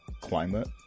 climate